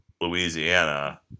Louisiana